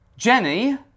Jenny